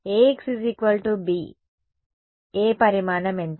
Axb A పరిమాణం ఎంత